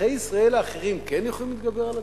אזרחי ישראל האחרים כן יכולים להתגבר על הביורוקרטיה?